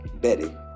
Betty